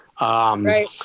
Right